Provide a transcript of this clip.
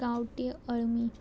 गांवठी अळमी